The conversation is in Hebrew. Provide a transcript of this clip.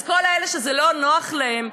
אז כל אלה שזה לא נוח להם,